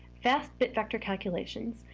fast bit-vector calculations,